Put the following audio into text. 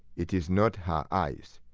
it is not her eyes,